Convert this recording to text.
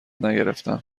نگرفتم